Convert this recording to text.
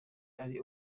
ari